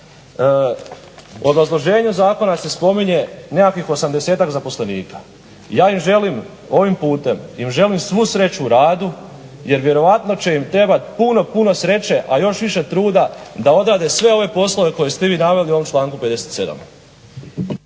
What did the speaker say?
Obrazloženju zakona se spominje nekakvih 80 zaposlenika. Ja im želim ovim putem im želim svu sreću u radu, jer vjerojatno će im trebat puno sreće a još više truda da odrade sve one poslove koje ste vi naveli u ovom članku 57.